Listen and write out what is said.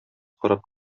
карап